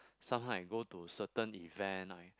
somehow I go to certain event I